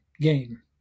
game